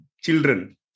children